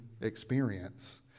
experience